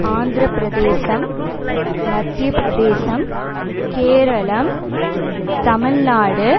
Andhra Pradesh Madhya Pradesh Keralam Tamil Nadu